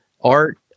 art